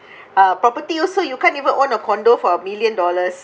uh property also you can't even on a condo for a million dollars